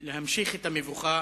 להמשיך את המבוכה